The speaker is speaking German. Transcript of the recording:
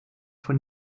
von